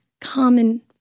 common